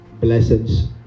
blessings